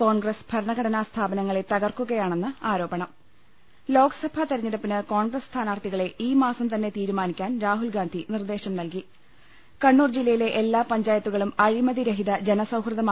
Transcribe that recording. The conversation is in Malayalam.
കോൺഗ്രസ് ഭരണഘട്ടനാ സ്ഥാപനങ്ങളെ തകർക്കുകയാണെന്ന് ആരോപണം ലോക്സഭാ തെരഞ്ഞെടുപ്പിന് കോൺഗ്രസ് സ്ഥാനാർത്ഥികളെ ഈ മാസം തന്നെ തീരുമാനിക്കാൻ രാഹുൽഗാന്ധി നിർദ്ദേശം നൽകി കണ്ണൂർ ജില്ലയിലെ എല്ലാപഞ്ചായത്തുകളും അഴിമതിരഹിത ജനസൌഹൃദമാ